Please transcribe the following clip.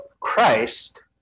Christ